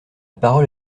parole